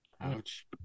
Ouch